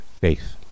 faith